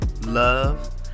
love